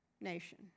nation